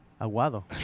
aguado